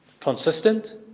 Consistent